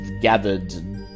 gathered